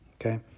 okay